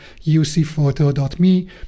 ucphoto.me